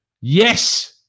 yes